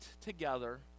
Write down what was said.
together